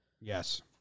Yes